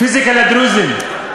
פיזיקה לדרוזים?